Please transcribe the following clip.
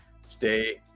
stay